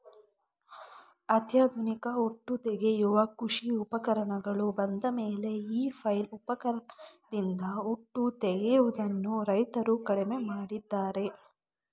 ಅತ್ಯಾಧುನಿಕ ಹೊಟ್ಟು ತೆಗೆಯುವ ಕೃಷಿ ಉಪಕರಣಗಳು ಬಂದಮೇಲೆ ಈ ಫ್ಲೈಲ್ ಉಪಕರಣದಿಂದ ಹೊಟ್ಟು ತೆಗೆಯದನ್ನು ರೈತ್ರು ಕಡಿಮೆ ಮಾಡಿದ್ದಾರೆ